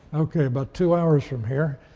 okay, about two hours from here,